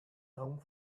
home